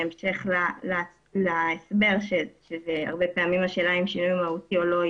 בהמשך להסבר שהרבה פעמים השאלה אם שינוי מהותי או לא,